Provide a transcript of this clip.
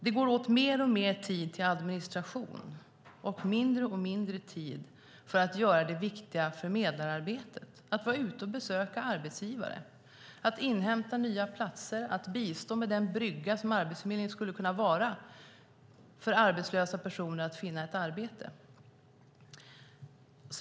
Det går åt mer och mer tid till administration och mindre och mindre tid till att göra det viktiga förmedlararbetet, att vara ute och besöka arbetsgivare, inhämta nya platser, bistå med den brygga som Arbetsförmedlingen skulle kunna vara för arbetslösa personer så att de ska finna ett arbete.